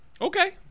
Okay